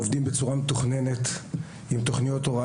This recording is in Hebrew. עובדים בצורה מתוכננת עם תכניות הוראה